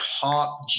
top